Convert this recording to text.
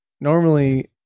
normally